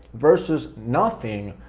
versus nothing,